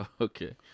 Okay